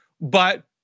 But-